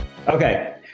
Okay